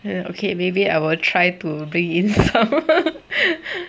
!haiya! okay maybe I will try to bring in some